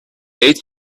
ate